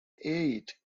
eight